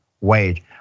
wage